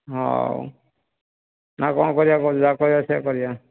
ହଉ ନା କ'ଣ କରିବା କହୁଛୁ ଯାହା କରିବା ସେୟା କରିବା